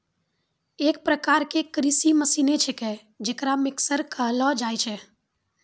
एक प्रकार क कृषि मसीने छिकै जेकरा मिक्सर कहलो जाय छै